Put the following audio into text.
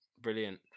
brilliant